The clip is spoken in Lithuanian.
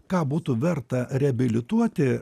ką būtų verta reabilituoti